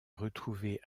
retrouvés